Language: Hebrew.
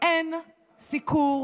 אין סיקור